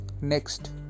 Next